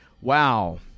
wow